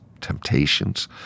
temptations